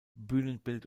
bühnenbild